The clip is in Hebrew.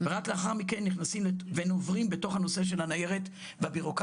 רק לאחר מכן נכנסים ונוברים בתוך הנושא של הניירת והבירוקרטיה,